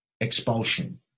expulsion